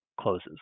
closes